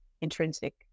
intrinsic